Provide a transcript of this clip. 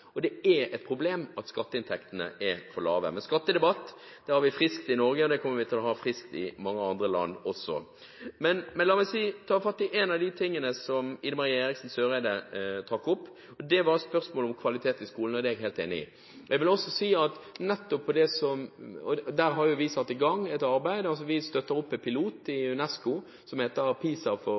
problem at skatteinntektene er for lave. Men skattedebatten er frisk i Norge, og den kommer til å bli frisk i mange andre land også. Men la meg ta fatt i én av de tingene som Ine M. Eriksen Søreide trakk opp, og det gjaldt spørsmålet om kvalitet i skolen. Der er vi helt enige. Jeg vil også si at nettopp der har vi satt i gang et arbeid. Vi støtter opp en pilot i UNESCO, som heter PISA for